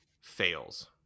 fails